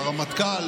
לרמטכ"ל,